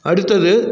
அடுத்தது